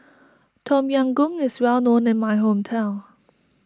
Tom Yam Goong is well known in my hometown